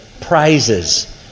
prizes